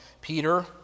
Peter